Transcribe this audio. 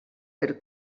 per